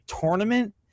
tournament